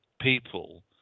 People